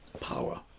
power